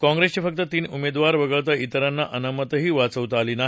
काँग्रेसचे फक्त तीन उमेदवार वगळता ाजिरांना अनामतही वाचवता आली नाही